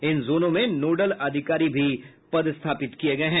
इन जोनों में नोडल अधिकारी भी पदस्थापित किये गये हैं